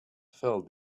filled